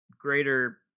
greater